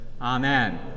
Amen